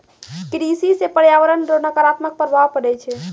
कृषि से प्रर्यावरण रो नकारात्मक प्रभाव पड़ै छै